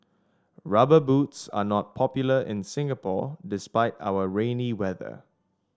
rubber boots are not popular in Singapore despite our rainy weather